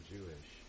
Jewish